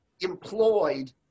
employed